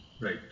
Right